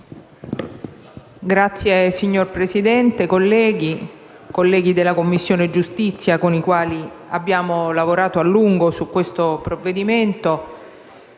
*(PD)*. Signor Presidente, colleghi, colleghi della Commissione giustizia con i quali abbiamo lavorato a lungo su questo provvedimento,